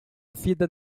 vida